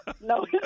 No